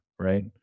Right